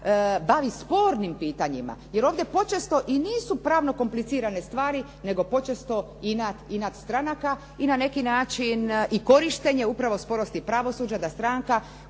bavi spornim pitanjima jer ovdje počesto i nisu pravno komplicirane stvari nego počesto inat stranaka i na neki način i korištenje upravo sporosti pravosuđa da stranka